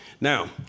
Now